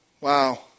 Wow